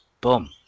boom